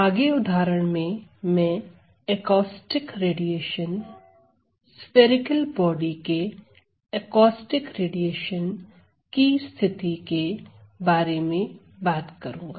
आगे उदाहरण में मैं एकॉस्टिक रेडिएशन स्फेरिकलबॉडी के एकॉस्टिक रेडिएशन की स्थिति के बारे में बात करूंगा